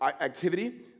activity